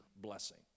blessing